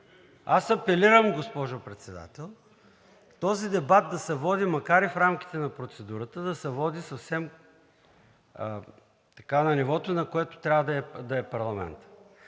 Аз апелирам, госпожо Председател, този дебат да се води в рамките на процедурата и на нивото, на което трябва да е парламентът.